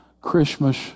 Christmas